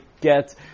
get